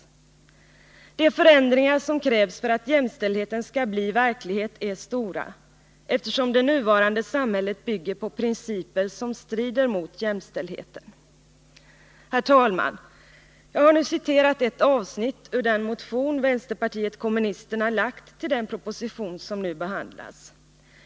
147 De förändringar som krävs för att jämställdheten skall bli verklighet är stora, eftersom det nuvarande samhället bygger på principer som strider mot jämställdheten.” Herr talman! Jag har nu citerat ett avsnitt ur den motion vänsterpartiet kommunisterna väckt i anslutning till den proposition som nu behandlas.